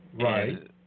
Right